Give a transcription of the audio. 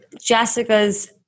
Jessica's